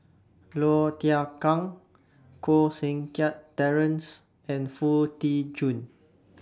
Low Thia Khiang Koh Seng Kiat Terence and Foo Tee Jun